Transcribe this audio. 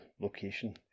location